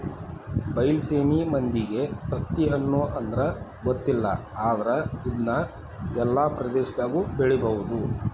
ಬೈಲಸೇಮಿ ಮಂದಿಗೆ ತತ್ತಿಹಣ್ಣು ಅಂದ್ರ ಗೊತ್ತಿಲ್ಲ ಆದ್ರ ಇದ್ನಾ ಎಲ್ಲಾ ಪ್ರದೇಶದಾಗು ಬೆಳಿಬಹುದ